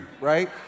right